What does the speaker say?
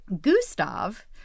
Gustav